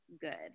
good